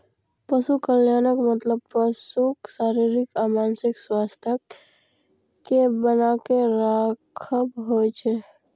पशु कल्याणक मतलब पशुक शारीरिक आ मानसिक स्वास्थ्यक कें बनाके राखब होइ छै